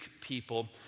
people